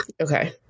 Okay